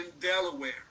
Delaware